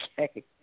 Okay